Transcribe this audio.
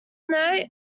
note